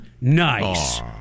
nice